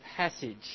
Passage